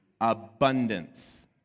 abundance